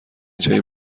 جای